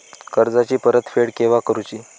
कर्जाची परत फेड केव्हा करुची?